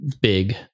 big